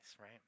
right